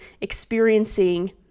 experiencing